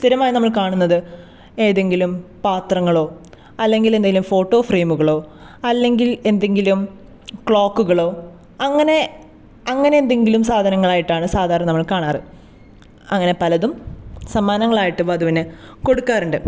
സ്ഥിരമായി നമ്മൾ കാണുന്നത് ഏതെങ്കിലും പാത്രങ്ങളോ അല്ലെങ്കിൽ എന്തെങ്കിലും ഫോട്ടോ ഫ്രെയിമുകളോ അല്ലെങ്കിൽ എന്തെങ്കിലും ക്ലോക്കുകളോ അങ്ങനെ അങ്ങനെന്തെങ്കിലും സാധനങ്ങളായിട്ടാണ് സാധാരണ നമ്മൾ കാണാറ് അങ്ങനെ പലതും സമ്മാനങ്ങളായിട്ട് വധുവിന് കൊടുക്കാറുണ്ട്